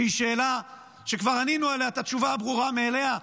שהיא שאלה שכבר ענינו עליה את התשובה הברורה מאליה,